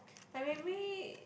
like maybe